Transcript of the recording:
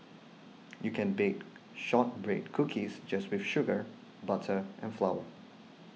you can bake Shortbread Cookies just with sugar butter and flour